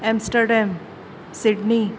Amsterdam Sydney